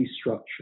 structure